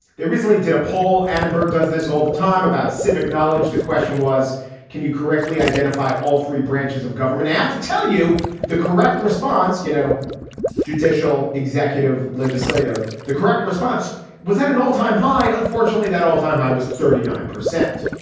they recently did a poll annenberg does this all the time about civic knowledge. the question was can you correctly identify all three branches of government. i have to tell you the correct response you know judicial executive legislative the correct response was at an all time high. unfortunately that all time high was thirty nine percent.